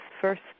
first